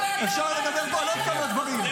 אפשר לדבר פה על עוד כמה דברים.